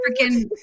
freaking